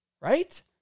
right